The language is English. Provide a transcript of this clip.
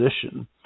position